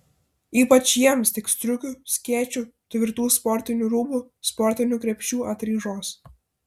ypač jiems tiks striukių skėčių tvirtų sportinių rūbų sportinių krepšių atraižos